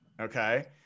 Okay